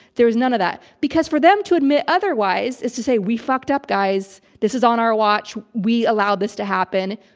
there was none of that, because for them to admit otherwise is to say, we fucked up guys. this was on our watch. we allowed this to happen.